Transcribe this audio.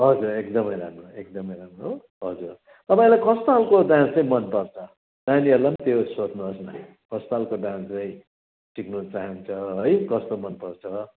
हजुर एकदमै राम्रो एकदमै राम्रो हजुर तपाईँलाई कस्तो खालको डान्स चाहिँ मनपर्छ नानीहरूलाम त्यो सोध्नुहोस् न कस्तो खालको डान्स चाहिँ सिक्नु चाहन्छ है कस्तो मनपर्छ